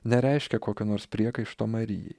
nereiškia kokio nors priekaišto marijai